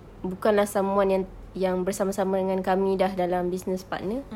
bukan lah someone yang yang bersama-sama dengan kami sudah dalam business partner